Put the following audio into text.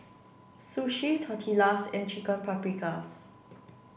sushi tortillas and chicken paprikas